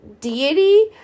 deity